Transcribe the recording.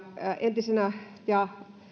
entisenä